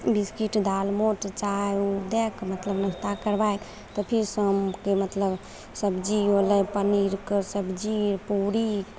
biscuit दालमोट चाइ ओ दैके मतलब नाश्ता करबैके तऽ फेर शामके मतलब सबजी होलै पनीरके सबजी पूड़ी